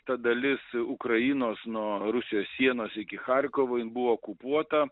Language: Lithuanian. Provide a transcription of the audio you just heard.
ta dalis ukrainos nuo rusijos sienos iki charkovo jin buvo okupuota